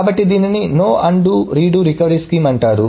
కాబట్టి దీనిని నో అన్డురీడో రికవరీ స్కీమ్ అంటారు